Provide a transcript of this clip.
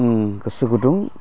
गोसो गुदुं